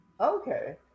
Okay